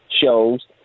shows